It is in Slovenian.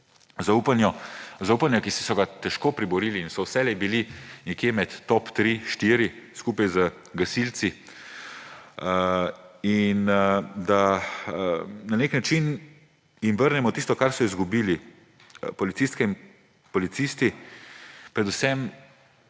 zaupanje, ki so si ga težko priborili in so vselej bili nekje med top 3, 4 – skupaj z gasilci, in da jim na nek način vrnemo tisto, kar so izgubili policistke in policisti, predvsem